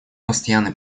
постоянный